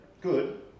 good